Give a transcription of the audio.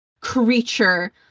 creature